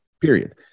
period